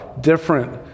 different